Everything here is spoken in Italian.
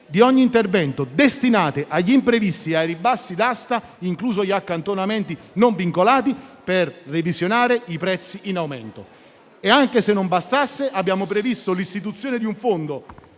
di ogni intervento agli imprevisti e ai ribassi d'asta, inclusi gli accantonamenti non vincolati, per revisionare i prezzi in aumento. Come se non bastasse, abbiamo previsto l'istituzione di un fondo